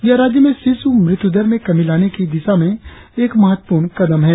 यह राज्य में शिशु मृत्यु दर में कमी लाने की दिशा में एक महत्वपूर्ण कदम है